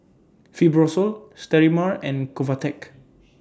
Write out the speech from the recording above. Fibrosol Sterimar and Convatec